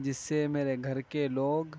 جس سے میرے گھر کے لوگ